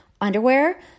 underwear